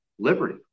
liberty